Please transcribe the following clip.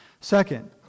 Second